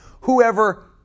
whoever